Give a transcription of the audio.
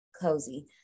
cozy